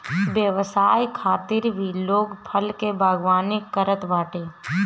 व्यवसाय खातिर भी लोग फल के बागवानी करत बाटे